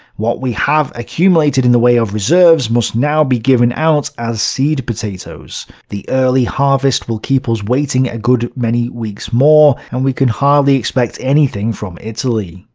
what we have accumulated in the way of reserves must now be given out as seed potatoes. the early harvest will keep us waiting a good many weeks more, and we can hardly expect anything from italy.